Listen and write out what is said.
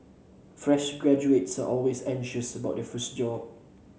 fresh graduates are always anxious about their first job